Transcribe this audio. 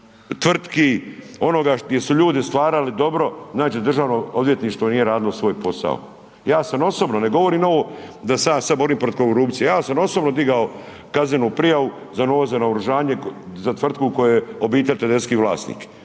tvrtki, onoga gdje su ljudi stvarali dobro, znači Državno odvjetništvo nije radilo svoj posao. Ja sam osobno, ne govorim ovo da se ja sad borim protiv korupcije, ja sam osobno digao kaznenu prijavu za novo naoružanje za tvrtku kojoj je obitelj Tedeschi vlasnik.